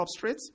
substrates